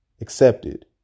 accepted